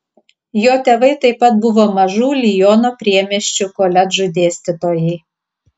jo tėvai taip pat buvo mažų liono priemiesčių koledžų dėstytojai